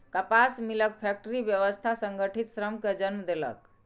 कपास मिलक फैक्टरी व्यवस्था संगठित श्रम कें जन्म देलक